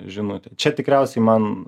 žinutę čia tikriausiai man